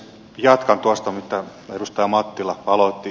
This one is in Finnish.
jatkan tuosta mistä edustaja mattila aloitti